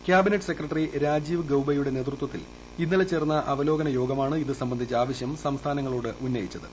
cabinet secretary Rajiv ഗൌബയുടെ നേതൃത്വത്തിൽ ഇന്നലെ ചേർന്ന അവലോകനയോഗമാണ് ഇത് സംബന്ധിച്ച ആവശ്യം സംസ്ഥാനങ്ങളോട് ഉന്നയിച്ചത്